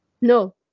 No